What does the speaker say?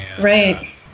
Right